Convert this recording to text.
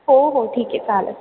हो हो ठीक आहे चालेल